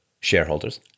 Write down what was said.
shareholders